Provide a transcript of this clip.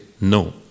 no